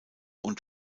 und